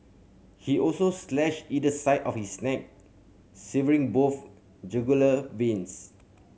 he also slashed either side of his neck severing both jugular veins